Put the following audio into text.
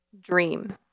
dream